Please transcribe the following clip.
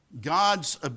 God's